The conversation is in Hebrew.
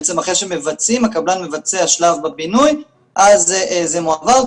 בעצם אחרי שמבצעים הקבלן מבצע שלב בבינוי אז זה מועבר.